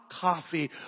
coffee